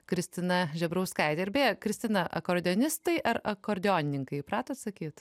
kristina žebrauskaitė ir beje kristina akordeonistai ar akordeonininkai įpratot sakyt